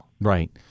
Right